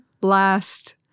Last